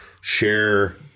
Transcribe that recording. share